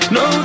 no